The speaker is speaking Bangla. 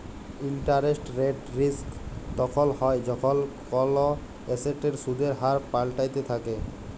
ইলটারেস্ট রেট রিস্ক তখল হ্যয় যখল কল এসেটের সুদের হার পাল্টাইতে থ্যাকে